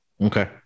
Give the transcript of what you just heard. Okay